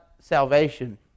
salvation